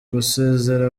gusezera